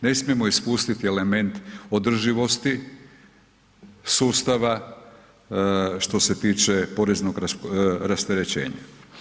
Ne smijemo ispustiti element održivosti sustava što se tiče poreznog rasterećenja.